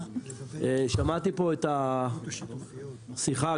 שמעתי פה את השיחה,